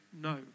no